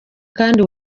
kandi